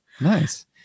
nice